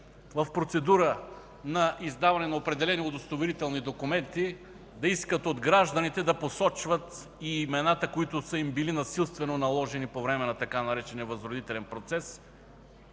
в процедура на издаване на определени удостоверителни документи от гражданите да посочват и имената, които са им били насилствено наложени по време на така наречения „възродителен процес”